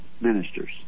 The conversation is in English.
ministers